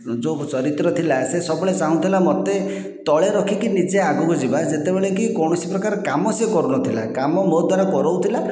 ଯେଉଁ ଚରିତ୍ର ଥିଲା ସେ ସବୁବେଳେ ଚାହୁଁଥିଲା ମୋତେ ତଳେ ରଖିକି ନିଜେ ଆଗକୁ ଯିବା ଯେତେବେଳେ କି କୌଣସି ପ୍ରକାର କାମ ସେ କରୁନଥିଲା କାମ ମୋ' ଦ୍ୱାରା କରାଉଥିଲା